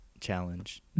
Challenge